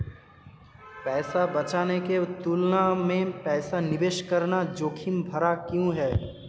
पैसा बचाने की तुलना में पैसा निवेश करना जोखिम भरा क्यों है?